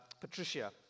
Patricia